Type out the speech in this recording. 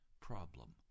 problem